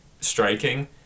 striking